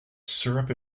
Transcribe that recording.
syrup